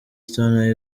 stone